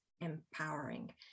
empowering